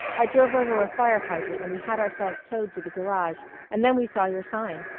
i drove over a fire-hydrant and we had ourselves towed to the garage and then we saw your sign.